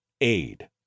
aid